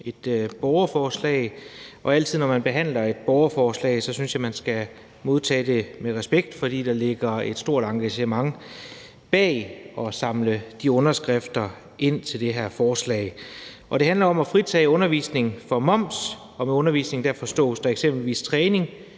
et borgerforslag, og når man behandler et borgerforslag, synes jeg, man altid skal modtage det med respekt, for der ligger et stort engagement bag at samle de underskrifter ind til det her forslag. Det handler om at fritage undervisning for moms, og med undervisning forstås eksempelvis træning,